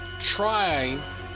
try